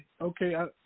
Okay